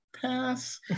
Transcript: pass